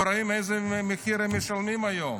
ורואים איזה מחיר הם משלמים היום.